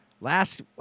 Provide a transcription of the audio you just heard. Last